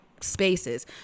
spaces